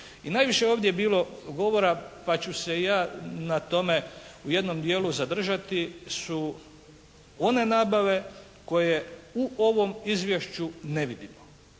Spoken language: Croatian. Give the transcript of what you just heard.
I najviše je ovdje bilo govora pa ću se ja na tome u jednom dijelu zadržati, su one nabave koje u ovom izvješću ne vidimo.